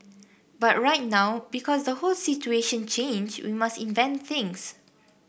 but right now because the whole situation change we must invent things